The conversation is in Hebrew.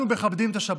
אנחנו מכבדים את השבת.